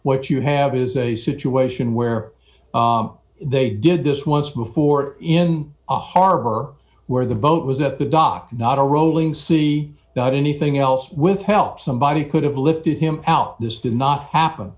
what you have is a situation where they did this once before in a heart her where the boat was at the dock not a rolling see anything else with help somebody could have lifted him out this did not happen